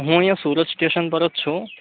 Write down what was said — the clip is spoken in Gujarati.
હું અહીંયા સુરત સ્ટેશન પર જ છું